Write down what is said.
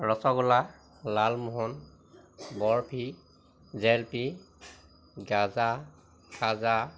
rasgulla lalmohan barfi jalebi gaja খাজা